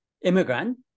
immigrant